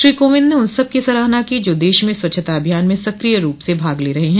श्री कोविंद ने उन सबकी सराहना की जो देश में स्वच्छता अभियान में सक्रिय रूप से भाग ले रहे है